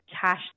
cash